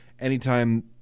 anytime